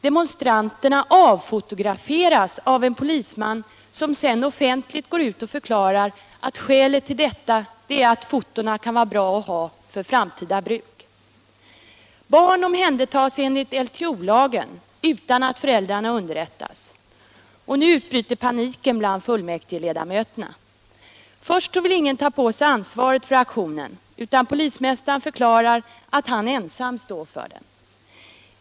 Demonstranterna avfotograferas av en polisman som sedan offentligt förklarar att skälet till detta är att fotona kan vara ”bra att ha för framtida bruk”. Barn omhändertas enligt LTO-lagen utan att föräldrarna underrättas. Om polisens samarbete med allmänheten för att bistå föräldrar till utvecklingsstörda barn Och nu utbryter panik bland fullmäktigeledamöterna. Först vill ingen ta på sig ansvaret för aktionen, utan polismästaren förklarar att han ensam står för den.